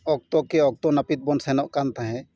ᱚᱠᱛᱚ ᱠᱮ ᱚᱠᱛᱚ ᱱᱟᱹᱯᱤᱛ ᱵᱚᱱ ᱥᱮᱱᱚᱜ ᱠᱟᱱ ᱛᱟᱦᱮᱡ